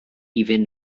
iddyn